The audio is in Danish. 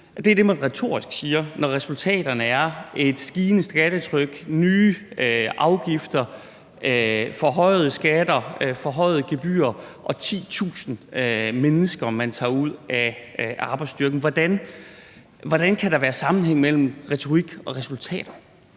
det er det, man retorisk siger – samtidig med at resultaterne er et stigende skattetryk, nye afgifter, forhøjede skatter og gebyrer, og samtidig med at man tager 10.000 mennesker ud af arbejdsstyrken? Hvordan kan der være sammenhæng mellem den retorik og resultaterne?